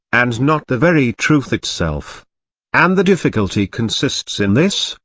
and not the very truth itself and the difficulty consists in this,